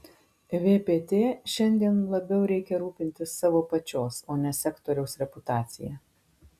vpt šiandien labiau reikia rūpintis savo pačios o ne sektoriaus reputacija